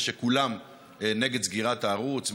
זה שכולם נגד סגירת הערוץ,